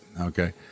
Okay